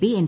P N